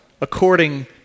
according